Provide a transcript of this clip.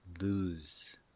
lose